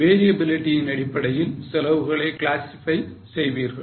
Variability இன் அடிப்படையில் செலவுகளை classify செய்வீர்கள்